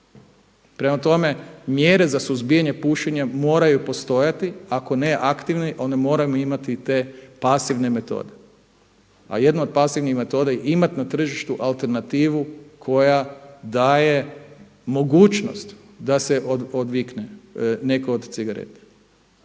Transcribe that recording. Prema tome mjere za suzbijanje pušenja moraju postojati, ako ne aktivne onda moramo imati te pasivne metode. A jedna od pasivnih metoda je imati na tržištu alternativu koja daje mogućnost da se odvikne netko od cigareta.